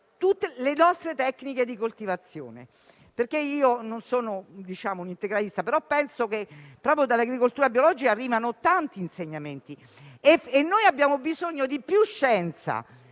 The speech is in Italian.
- le nostre tecniche di coltivazione. Colleghi, non sono un'integralista, però penso che proprio dall'agricoltura biologica arrivino tanti insegnamenti e abbiamo bisogno di più scienza